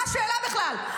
מה השאלה בכלל?